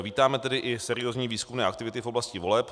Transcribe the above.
Vítáme tedy i seriózní výzkumné aktivity v oblasti voleb.